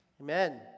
Amen